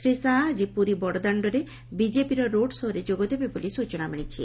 ଶ୍ରୀ ଶାହା ଆକି ପୁରୀ ବଡ଼ଦାଶ୍ତରେ ବିଜେପିର ରୋଡ଼ ଶୋ'ରେ ଯୋଗ ଦେବେ ବୋଲି ସୂଚନା ମିଳିଛି